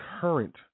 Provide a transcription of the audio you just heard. current